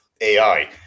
AI